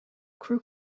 crew